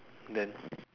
then